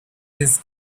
his